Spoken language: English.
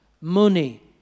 money